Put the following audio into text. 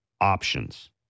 options